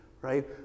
right